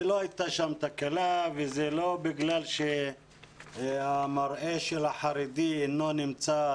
לא הייתה שם תקלה וזה לא בגלל שהמראה של החרדי לא נמצא